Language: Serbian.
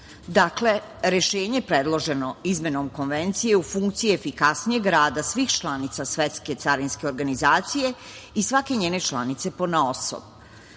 odluka. Dakle, rešenje predloženo izmenom Konvencije je u funkciji efikasnijeg rada svih članica Svetske carinske organizacije i svake njene članice ponaosob. Carina